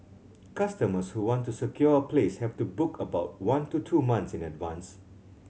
customers who want to secure a place have to book about one to two months in advance